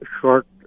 short